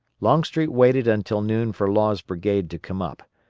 longstreet waited until noon for law's brigade to come up,